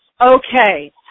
Okay